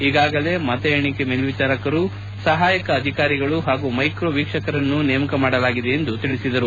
ಈಗಾಗಲೇ ಮತ ಎಣಿಕೆ ಮೇಲ್ವಿಚಾರಕರು ಸಹಾಯಕ ಅಧಿಕಾರಿಗಳು ಹಾಗೂ ಮೈಕ್ರೋ ವೀಕ್ಷಕರ ನೇಮಕ ಮಾಡಲಾಗಿದೆ ಎಂದು ತಿಳಿಸಿದರು